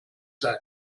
sein